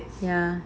ya